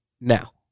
now